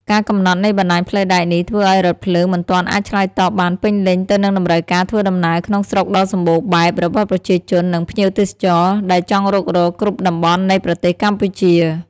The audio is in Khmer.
ការកំណត់នៃបណ្តាញផ្លូវដែកនេះធ្វើឱ្យរថភ្លើងមិនទាន់អាចឆ្លើយតបបានពេញលេញទៅនឹងតម្រូវការធ្វើដំណើរក្នុងស្រុកដ៏សម្បូរបែបរបស់ប្រជាជន និងភ្ញៀវទេសចរ ដែលចង់រុករកគ្រប់តំបន់នៃប្រទេសកម្ពុជា។